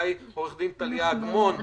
אולי עו"ד טליה אגמון,